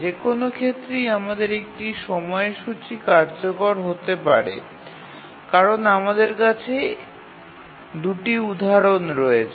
যে কোনও ক্ষেত্রেই আমাদের একটি সময়সূচি কার্যকর হতে পারে কারণ আমাদের কাছে দুটি উদাহরণ রয়েছে